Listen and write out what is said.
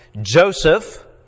Joseph